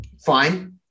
fine